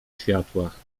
światłach